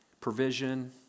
provision